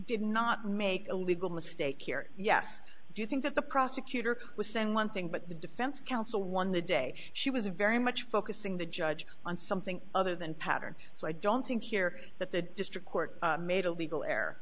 did not make a legal mistake here yes do you think that the prosecutor was saying one thing but the defense counsel won the day she was very much focusing the judge on something other than pattern so i don't think here that the district court made a legal air